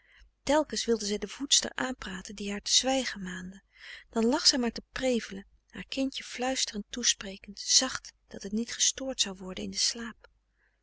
telkens wilde zij de voedster aanpraten die haar te zwijgen maande dan lag zij maar te prevelen haar kindje fluisterend toesprekend zacht dat het niet gestoord zou worden in den slaap